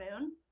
moon